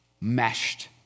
meshed